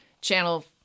channel